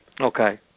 Okay